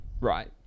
right